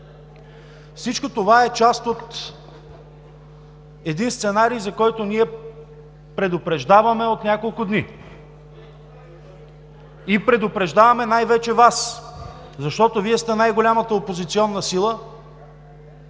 Всичко това е част от един сценарий, за който ние предупреждаваме от няколко дни, предупреждаваме най-вече Вас, защото Вие сте най-голямата опозиционна сила,